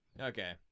Okay